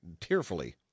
tearfully